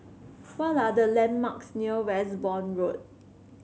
what are the landmarks near Westbourne Road